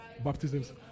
baptisms